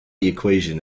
equation